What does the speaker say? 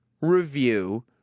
review